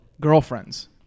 girlfriends